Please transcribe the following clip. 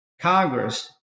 Congress